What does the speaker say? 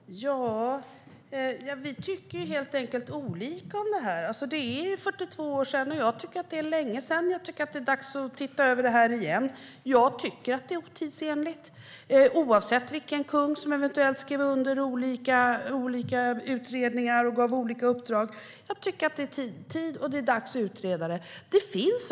Herr talman! Vi tycker helt enkelt olika om detta. Det är 42 år sedan, och jag tycker att det är länge sedan. Jag tycker att det är dags att titta över detta igen. Jag tycker att det är otidsenligt, oavsett vilken kung som eventuellt skrev under olika utredningar och gav olika uppdrag. Jag tycker att det är dags att utreda detta.